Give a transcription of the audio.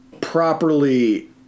properly